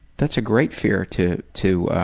that's a great fear to to